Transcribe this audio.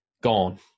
gone